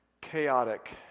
chaotic